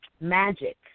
magic